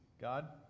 God